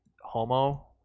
Homo